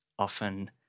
often